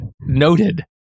Noted